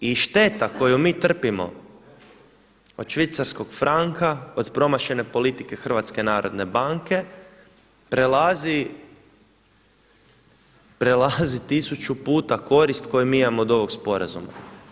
I šteta koju mi trpimo od švicarskog franka od promašene politike HNB-a prelazi tisuću puta korist koju mi imamo od ovog sporazuma.